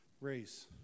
race